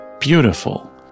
beautiful